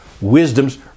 wisdom's